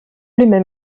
même